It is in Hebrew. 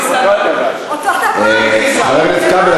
חבר הכנסת כבל,